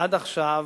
עד עכשיו,